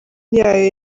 yayo